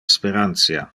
sperantia